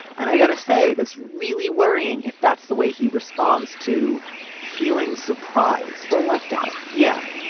and i got to say that's really worrying if that's the way he responds to feelings surprise or left out yeah